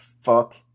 fuck